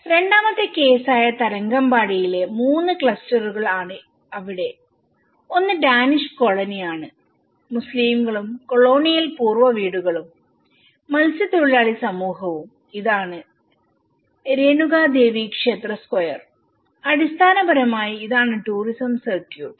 രണ്ടാമത്തെ കേസ് ആയ തരംഗമ്പാടിയിലെ മൂന്ന് ക്ലസ്റ്ററുകൾ ആണ് അവിടെഒന്ന് ഡാനിഷ് കോളനിയാണ് മുസ്ലീങ്ങളും കൊളോണിയൽ പൂർവ വീടുകളും മത്സ്യത്തൊഴിലാളി സമൂഹവും ഇതാണ് രേണുകാദേവി ക്ഷേത്ര സ്ക്വയർ അടിസ്ഥാനപരമായി ഇതാണ് ടൂറിസം സർക്യൂട്ട്